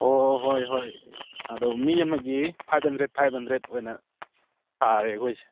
ꯑꯣ ꯍꯣꯏ ꯍꯣꯏ ꯑꯗꯣ ꯃꯤ ꯑꯃꯒꯤ ꯐꯥꯏꯚ ꯍꯟꯗ꯭ꯔꯦꯠ ꯐꯥꯏꯚ ꯍꯟꯗ꯭ꯔꯦꯠ ꯑꯣꯏꯅ ꯇꯥꯔꯦ ꯑꯩꯈꯣꯏꯁꯤ